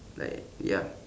like ya